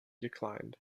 declined